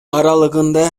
аралыгында